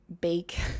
bake